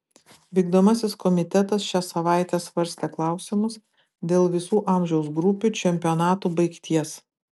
vykdomasis komitetas šią savaitę svarstė klausimus dėl visų amžiaus grupių čempionatų baigties